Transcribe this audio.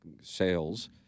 sales